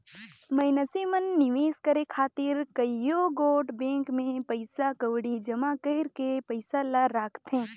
मइनसे मन निवेस करे खातिर कइयो गोट बेंक में पइसा कउड़ी जमा कइर के पइसा ल राखथें